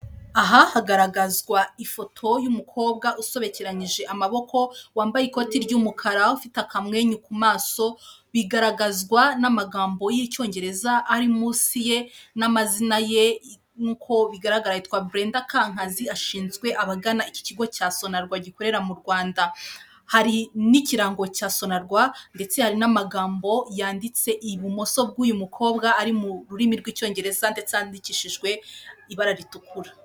Aha hagaragazwa ifoto y'umukobwa usobekeranyije amaboko, wambaye ikoti ry'umukara ufite akamwenyu ku maso, bigaragazwa n'amagambo y'icyongereza ari munsi ye, n'amazina ye nk'uko bigaragara yitwa Brenda KANKAZI ashinzwe abagana iki kigo cya sonarwa gikorera mu Rwanda hari n'ikirango cya sonarwa, ndetse hari n'amagambo yanditse ibumoso bw'uyu mukobwa ari mu rurimi rw'icyongereza ndetse cyandikishijwe ibara ritukura.